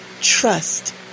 Trust